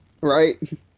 Right